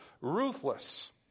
ruthless